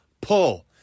pull